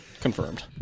confirmed